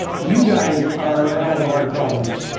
you guys are a hell of a hard problem, though.